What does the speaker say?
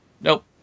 Nope